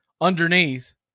Underneath